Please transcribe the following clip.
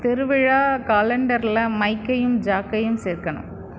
திருவிழா காலண்டரில் மைக்கையும் ஜாக்கையும் சேர்க்கணும்